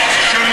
6536,